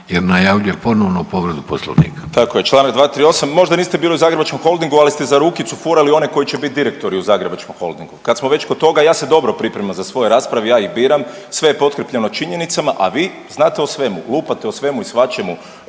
**Bernardić, Davor (Socijaldemokrati)** Tako je, čl. 238, možda niste bili u Zagrebačkom holdingu, ali ste za rukicu furali one koji će bit direktori u Zagrebačkom holdingu. Kad smo već kod toga, ja se dobro pripremam za svoje rasprave, ja ih biram, sve je potkrijepljeno činjenicama, a vi znate o svemu, lupate o svemu i svačemu